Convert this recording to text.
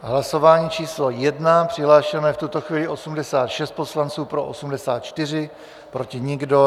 Hlasování číslo 1, přihlášeno je v tuto chvíli 86 poslanců, pro 84, proti nikdo.